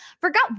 Forgot